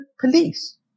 police